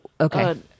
okay